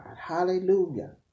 Hallelujah